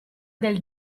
del